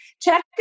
check